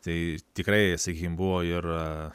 tai tikrai sakykim buvo ir